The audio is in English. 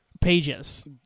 pages